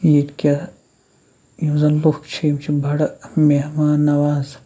ییٚتہِ کہِ یِم زَن لُکھ چھِ یِم چھِ بَڑٕ مہمان نواز